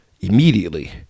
immediately